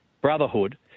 brotherhood